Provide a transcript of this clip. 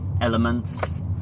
elements